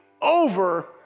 over